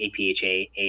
APHA